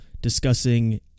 discussing